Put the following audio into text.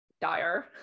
dire